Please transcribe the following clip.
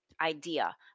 idea